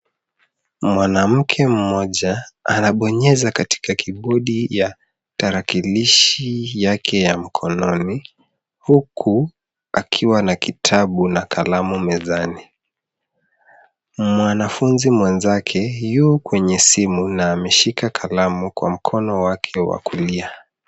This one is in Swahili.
Mwanamamke mmoja anabonyeza katika kibodi ya tarakilishi yake ya mkononi huku akiwa na kitabu na kalamu mezani, mwanafunzi mwenzake yuko kwenye simu na ameshika kalamu na mkono wake wa kulia.